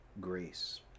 grace